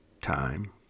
time